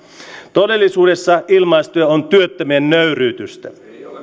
todellisuudessa ilmaistyö on työttömien nöyryytystä